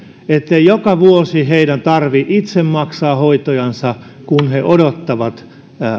ettei joka vuosi heidän tarvitse itse maksaa hoitojansa kun he odottavat